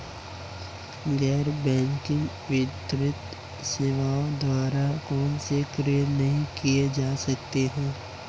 गैर बैंकिंग वित्तीय सेवाओं द्वारा कौनसे कार्य नहीं किए जा सकते हैं?